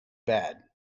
bad